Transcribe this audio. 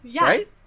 right